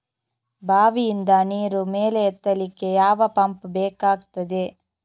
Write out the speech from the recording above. ಬಾವಿಯಿಂದ ನೀರು ಮೇಲೆ ಎತ್ತಲಿಕ್ಕೆ ಯಾವ ಪಂಪ್ ಬೇಕಗ್ತಾದೆ?